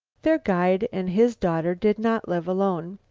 their guide and his daughter did not live alone.